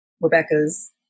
Rebecca's